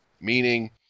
meaning